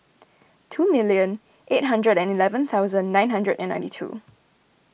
two million eight hundred and eleven thousand nine hundred and ninety two